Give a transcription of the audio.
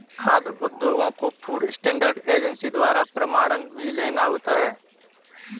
खाद्य उद्योगों को फूड स्टैंडर्ड एजेंसी द्वारा प्रमाणन भी लेना होता है